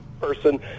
person